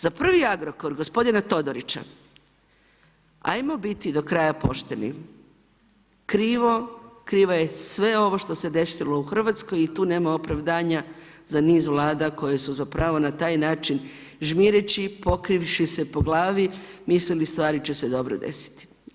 Za prvi Agrokor gospodina Todorića, ajmo biti do kraja pošteni krivo je sve ovo što se desilo u Hrvatskoj i tu nema opravdanja za niz vlada koje su na taj način žmireći, pokrivši se po glavi mislili stvari će se dobro desiti.